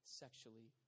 sexually